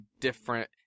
different